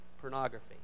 pornography